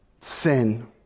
sin